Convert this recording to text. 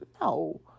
No